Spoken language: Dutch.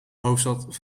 hoofdstad